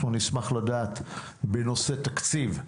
אנחנו נשמח לדעת בנושא תקציב,